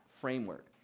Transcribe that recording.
framework